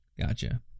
Gotcha